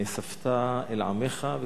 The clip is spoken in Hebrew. אֹתה ונאספת אל עמיך".